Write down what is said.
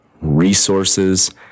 resources